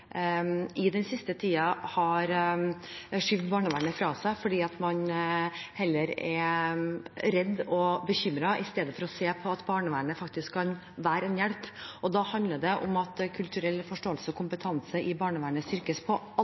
den siste tiden har skjøvet barnevernet fra seg fordi man er redd og bekymret i stedet for å se at barnevernet faktisk kan være en hjelp. Da handler det om at kulturell forståelse og kompetanse i barnevernet styrkes på alle